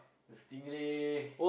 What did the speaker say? stingray